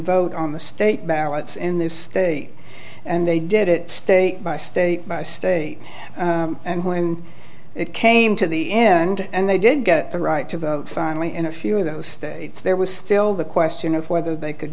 vote on the state ballots in this state and they did it state by state by state and when it came to the end they did get the right to vote finally in a few of those states there was still the question of whether they could